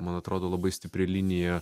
man atrodo labai stipri linija